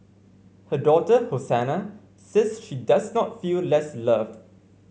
her daughter Hosanna says she does not feel less loved